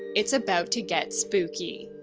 it's about to get spooky.